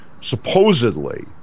Supposedly